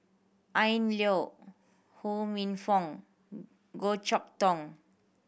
Ian Loy Ho Minfong Goh Chok Tong